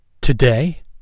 today